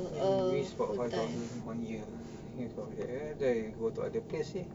mm waste about five thousand one year I think is probably that baik go to other place seh